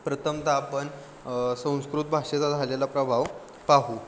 प्रथमतः आपण संस्कृत भाषेचा झालेला प्रभाव पाहू